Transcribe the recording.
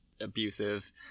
abusive